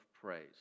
praise